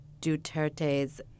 Duterte's